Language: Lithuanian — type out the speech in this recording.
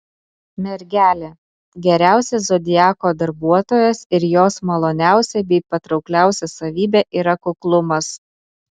mergelė geriausias zodiako darbuotojas ir jos maloniausia bei patraukliausia savybė yra kuklumas